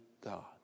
God